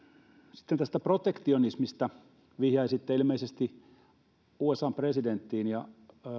sitten tästä protektionismista vihjasitte ilmeisesti usan presidenttiin ja